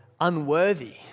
unworthy